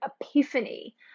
epiphany